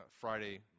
Friday